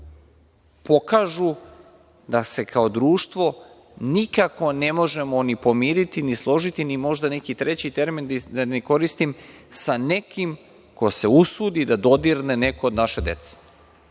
pokažu da se kao društvo nikako ne možemo ni pomiriti, ni složiti ni možda neki treći termin da ne koristim, sa nekim ko se usudi da dodirne neko od naše dece. Kada